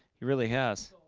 he really has